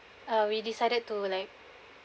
uh we decided to like